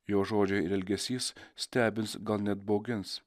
jo žodžiai ir elgesys stebins gal net baugins